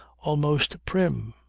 almost prim.